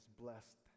blessed